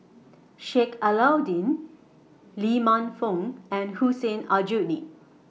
Sheik Alau'ddin Lee Man Fong and Hussein Aljunied